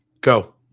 go